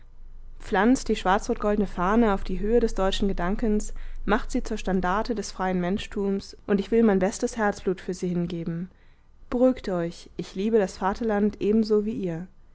pflanzt die schwarzrotgoldne fahne auf die höhe des deutschen gedankens macht sie zur standarte des freien menschtums und ich will mein bestes herzblut für sie hingeben beruhigt euch ich liebe das vaterland ebensosehr wie ihr